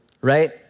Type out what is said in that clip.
Right